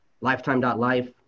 lifetime.life